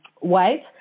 white